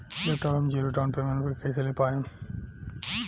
Laptop हम zero down payment पर कैसे ले पाएम?